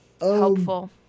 helpful